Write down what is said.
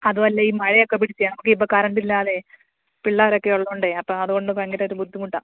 അതും അല്ല ഈ മഴ ഒക്കെ പിടിച്ചേ നമുക്ക് ഇപ്പം കറണ്ട് ഇല്ലാതെ പിള്ളേർ ഒക്കെ ഉള്ളതുകൊണ്ടേ അപ്പം അതുകൊണ്ട് ഭയങ്കര ഒരു ബുദ്ധിമുട്ടാണ്